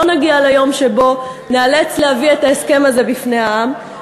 שלא נגיע ליום שבו ניאלץ להביא את ההסכם הזה בפני העם,